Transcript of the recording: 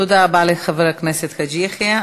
תודה רבה לחבר הכנסת חאג' יחיא.